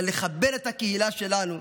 אבל לחבר את הקהילה שלנו,